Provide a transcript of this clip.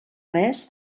res